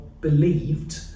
believed